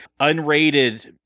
unrated